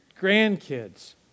grandkids